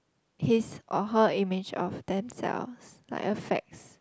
his or her image of themselves like affects